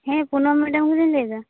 ᱦᱮᱸ ᱯᱩᱱᱚᱢ ᱢᱮᱰᱚᱢ ᱜᱮᱞᱤᱧ ᱞᱟ ᱭᱮᱫᱟ